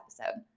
episode